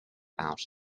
out